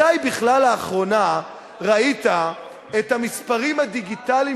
מתי בכלל לאחרונה ראית את המספרים הדיגיטליים